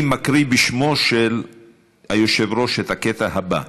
אני מקריא בשמו של היושב-ראש את הקטע הבא: